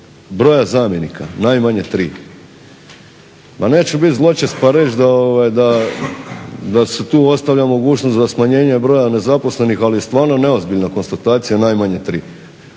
broja zamjenika, najmanje tri. Pa neću biti zločest pa reći da se tu ostavlja mogućnost za smanjenje broja nezaposlenih, ali stvarno neozbiljna konstatacija najmanje tri.